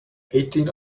eighteen